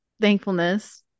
thankfulness